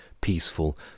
peaceful